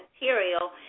material